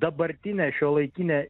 dabartinė šiuolaikinė